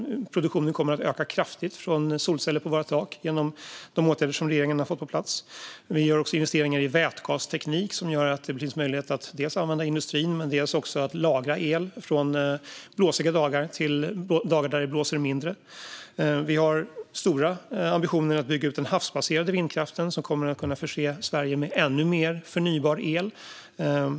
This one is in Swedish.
Produktionen från solceller på våra tak kommer att öka kraftigt genom de åtgärder som regeringen har fått på plats. Vi gör också investeringar i vätgasteknik, som gör att det blir möjligt att dels använda industrin, dels lagra el från blåsiga dagar som kan användas de dagar då det blåser mindre. Vi har stora ambitioner när det gäller att bygga ut den havsbaserade vindkraften, som kommer att kunna förse Sverige med ännu mer förnybar el.